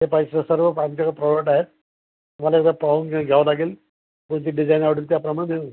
कुठले पाहिजे सर्व आमच्याकडे प्रोडक्ट आहेत तुम्हाला एकदा पाहून घ घ्यावं लागेल कोणती डिझाईन आवडेल त्याप्रमाणे देऊ